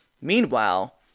Meanwhile